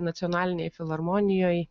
nacionalinėj filharmonijoj